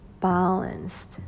balanced